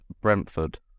Brentford